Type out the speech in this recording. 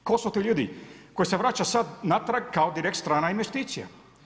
Tko su ti ljudi koje se vraća sada natrag kao direkt strana investicija?